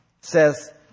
says